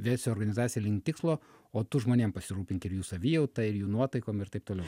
vesiu organizaciją link tikslo o tu žmonėm pasirūpink ir jų savijauta ir jų nuotaikom ir taip toliau